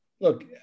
Look